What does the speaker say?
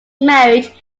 married